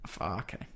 Okay